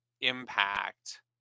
impact